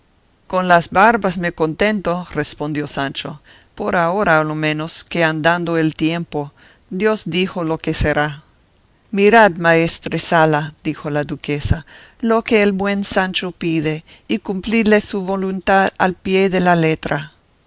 con las barbas me contento respondió sancho por ahora a lo menos que andando el tiempo dios dijo lo que será mirad maestresala dijo la duquesa lo que el buen sancho pide y cumplidle su voluntad al pie de la letra